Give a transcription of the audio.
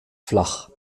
flach